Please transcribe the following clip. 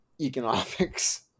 economics